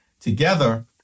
together